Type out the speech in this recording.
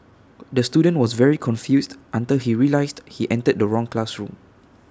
the student was very confused until he realised he entered the wrong classroom